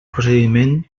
procediment